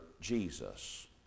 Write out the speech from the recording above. Jesus